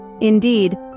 Indeed